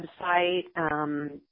website